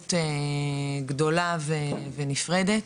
התייחסות גדולה ונפרדת,